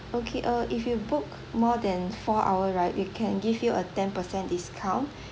okay uh if you book more than four hour right we can give you a ten percent discount